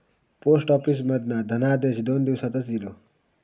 post office मधना धनादेश दोन दिवसातच इलो